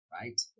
right